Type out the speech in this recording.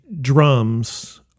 drums